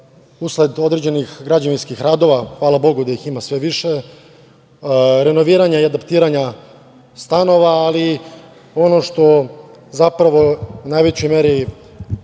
usled određenih građevinskih radova, hvala bogu da ih ima sve više, renoviranja i adaptiranja stanova, ali ono što zapravo u najvećoj meri